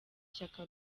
ishyaka